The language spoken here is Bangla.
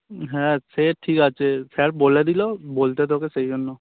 হ্যাঁ সে ঠিক আছে স্যার বলে দিলো বলতে তোকে সেই জন্য